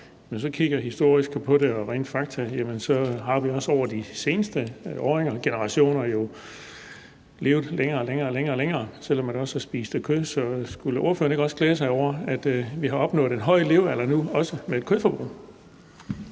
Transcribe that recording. man så kigger historisk på det og ser på fakta, har vi også over de seneste generationer levet længere og længere, selv om man også har spist kød. Så skulle ordføreren ikke også glæde sig over, at vi har opnået en høj levealder nu, også med et kødforbrug?